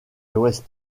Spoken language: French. l’ouest